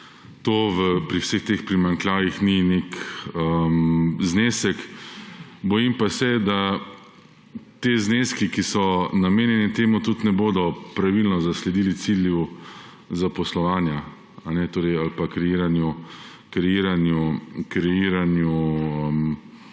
to pri vseh teh primanjkljajih ni nek znesek. Bojim pa se, da ti zneski, ki so namenjeni temu, tudi ne bodo pravilno sledili cilju zaposlovanja ali pa kreiranju